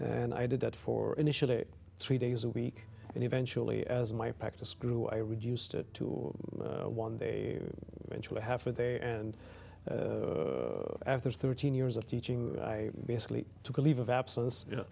and i did that for initially three days a week and eventually as my practice grew i reduced it to one day into a half a day and after thirteen years of teaching i basically took a leave of absence